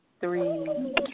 three